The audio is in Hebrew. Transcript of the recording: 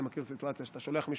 אתה אשם.